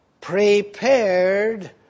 prepared